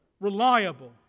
reliable